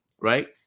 right